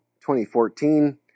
2014